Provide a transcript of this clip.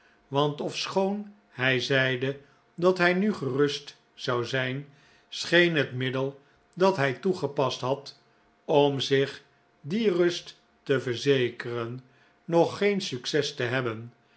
want ofschoon hij zeide dat hij nu gerust zou zijn scheen het middel dat hij toegepast had om zich die rust te verzekeren nog geen succes te hebben